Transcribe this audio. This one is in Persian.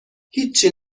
هیچچی